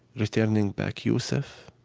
returning back yusef?